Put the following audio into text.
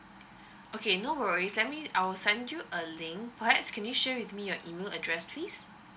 okay no worries let me I'll send you a link perhaps can you share with me your email address please